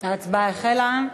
ההצבעה החלה.